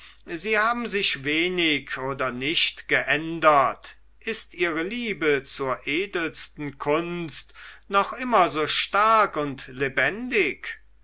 sie haben sich wenig oder nicht geändert ist ihre liebe zur edelsten kunst noch immer so stark und lebendig